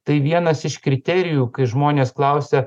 tai vienas iš kriterijų kai žmonės klausia